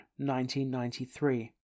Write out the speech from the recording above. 1993